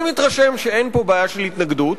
אני מתרשם שאין פה בעיה של התנגדות,